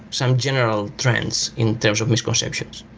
some general trends in terms of misconceptions.